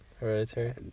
Hereditary